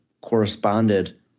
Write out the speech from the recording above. corresponded